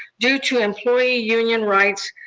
due to employee union rights,